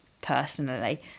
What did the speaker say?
personally